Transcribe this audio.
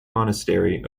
monastery